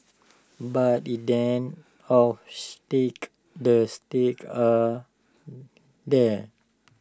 but in of stakes the stakes are there